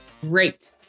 great